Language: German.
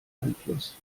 einfluss